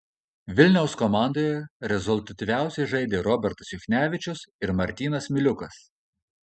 vilniaus komandoje rezultatyviausiai žaidė robertas juchnevičius ir martynas miliukas